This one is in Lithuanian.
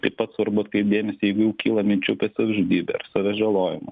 taip pat svarbu atkreipt dėmesį jeigu jau kyla minčių apie savižudybę savęs žalojimą